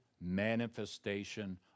manifestation